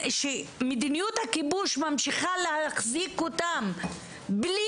שמדיניות הכיבוש ממשיכה להחזיק אותם בלי